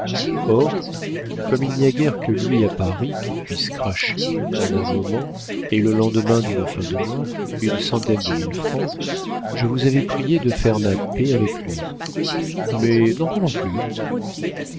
or comme il n'y a guère que lui à paris qui puisse cracher en un moment et le lendemain d'une fin de mois une centaine de mille francs je vous avais prié de faire ma paix avec lui mais n'en parlons plus